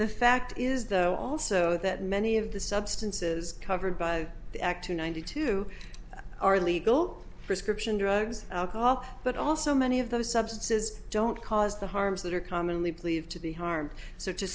the fact is though also that many of the substances covered by the act two ninety two are legal prescription drugs alcohol but also many of those substances don't cause the harms that are commonly believed to be harm